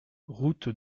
route